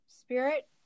Spirit